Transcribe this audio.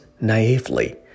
naively